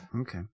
Okay